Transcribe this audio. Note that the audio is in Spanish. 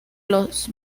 los